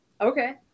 Okay